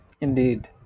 Indeed